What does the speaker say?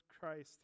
Christ